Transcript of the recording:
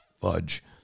fudge